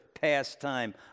pastime